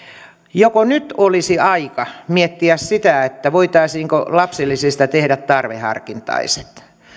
joko nyt olisi aika miettiä sitä voitaisiinko lapsilisistä tehdä tarveharkintaiset